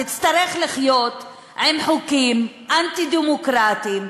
תצטרך לחיות עם חוקים אנטי-דמוקרטיים,